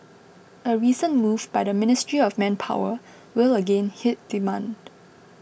a recent move by the Ministry of Manpower will again hit demand